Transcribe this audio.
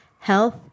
health